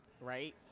Right